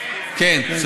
כן.